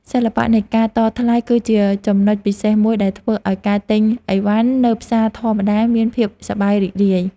សិល្បៈនៃការតថ្លៃគឺជាចំណុចពិសេសមួយដែលធ្វើឱ្យការទិញអីវ៉ាន់នៅផ្សារធម្មតាមានភាពសប្បាយរីករាយ។